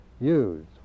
use